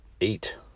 eight